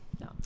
No